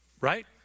Right